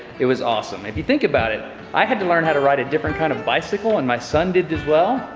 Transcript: it was awesome. if you think about it, i had to learn how to ride a different kind of bicycle and my son did it as well,